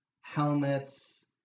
helmets